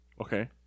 Okay